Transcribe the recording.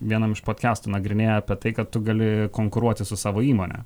vienam iš podkastų nagrinėję apie tai kad tu gali konkuruoti su savo įmone